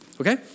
Okay